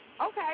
Okay